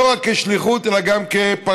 לא רק כשליחות אלא גם כפרנסה.